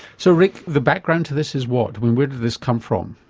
so rick, the background to this is what? where did this come from?